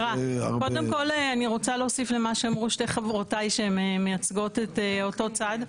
קודם כל אני רוצה להוסיף למה שאמרו שתי חברותיי שהן מייצגות את אותו צד,